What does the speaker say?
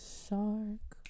shark